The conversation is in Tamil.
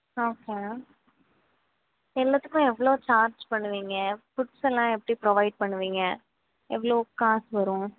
ஓகே மேம் எல்லாத்துக்கும் எவ்வளோ சார்ஜ் பண்ணுவீங்க ஃபுட்ஸ் எல்லாம் எப்படி ப்ரொவைட் பண்ணுவீங்க எவ்வளோ காசு வரும்